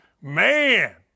Man